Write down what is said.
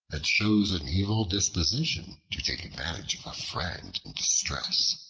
it shows an evil disposition to take advantage of a friend in distress.